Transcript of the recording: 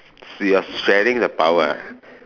so you're sharing the power